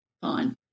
fine